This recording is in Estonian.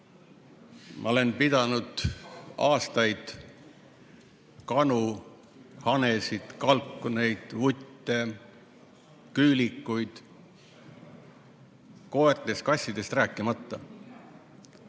Ma olen pidanud aastaid kanu, hanesid, kalkuneid, vutte ja küülikuid, koertest-kassidest rääkimata.